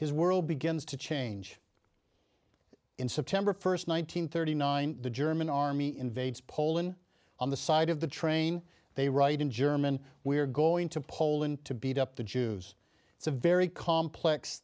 his world begins to change in september first one nine hundred thirty nine the german army invades poland on the side of the train they write in german we are going to poland to beat up the jews it's a very complex